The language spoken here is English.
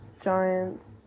Giants